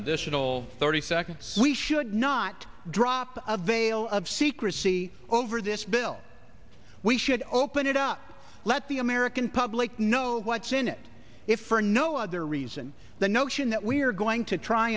an additional thirty seconds we should not drop a veil of secrecy over this bill we should open it up let the american public know what's in it if for no other reason the notion that we're going to try